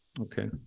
Okay